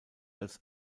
als